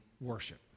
worship